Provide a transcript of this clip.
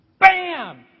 Bam